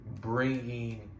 bringing